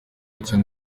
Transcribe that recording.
nshuti